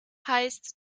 heißt